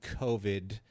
COVID